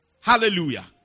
hallelujah